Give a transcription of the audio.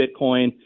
Bitcoin